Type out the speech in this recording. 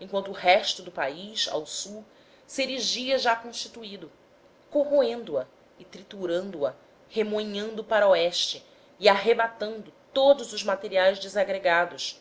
enquanto o resto do país ao sul se erigia já constituído e corroendo a e triturando a remoinhando para oeste e arrebatando todos os materiais desagregados